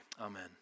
amen